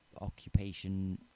occupation